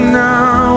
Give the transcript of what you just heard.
now